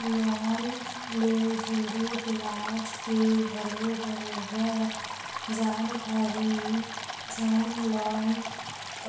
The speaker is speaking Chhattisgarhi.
लोन ले जुड़े बियाज के घलो बरोबर जानकारी जउन लोन